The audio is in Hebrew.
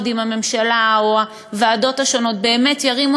ואני אשמח מאוד אם הממשלה או הוועדות השונות באמת ירימו